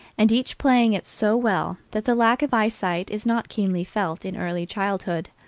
and each playing it so well that the lack of eyesight is not keenly felt in early childhood.